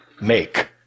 make